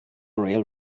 real